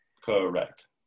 Correct